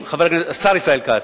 השר ישראל כץ,